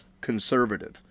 conservative